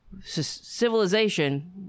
civilization